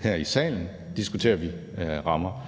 her i salen diskuterer vi rammer.